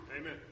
Amen